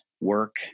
work